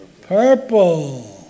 Purple